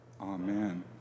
Amen